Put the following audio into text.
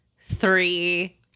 three